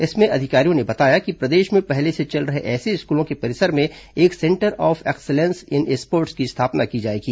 इसमें अधिकारियों ने बताया कि प्रदेश में पहले से चल रहे ऐसे स्कूलों के परिसर में एक centre of excellence in sports की स्थापना की जाएगी